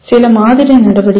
சில மாதிரி நடவடிக்கைகள்